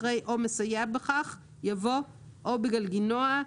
אחרי "או מסייע בכך" יבוא "או בגלגינוע".